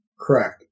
Correct